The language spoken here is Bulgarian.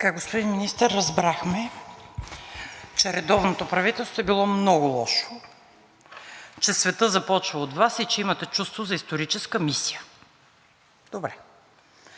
Така, господин Министър, разбрахме, че редовното правителство е било много лошо, че светът започва от Вас и че имате чувство за историческа мисия. Добре!